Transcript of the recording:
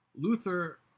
Luther